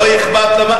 לא אכפת לה,